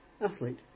Athlete